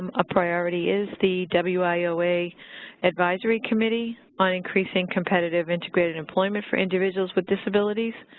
um a priority is the wioa advisory committee on increasing competitive integrated employment for individuals with disabilities.